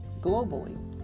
globally